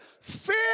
Fear